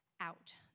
out